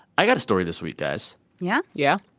i've got a story this week, guys yeah? yeah?